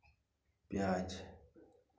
प्याज